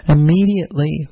Immediately